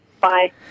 Bye